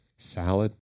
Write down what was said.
Salad